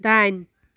दाइन